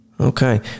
okay